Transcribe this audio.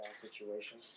situation